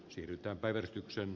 kiihdyttää päivystyksen